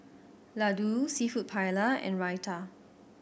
Ladoo Seafood Paella and Raita